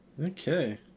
Okay